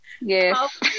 Yes